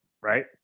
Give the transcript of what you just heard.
right